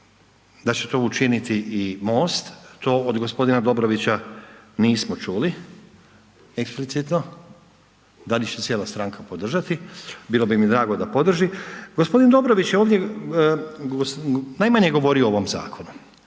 da će to učiniti i MOST, to od g. Dobrovića nismo čuli eksplicitno, da li će cijela stranka podržati, bilo bi mi drago da podrži. G. Dobrović je ovdje najmanje govorio o ovom zakonu.